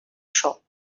shop